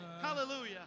Hallelujah